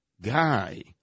guy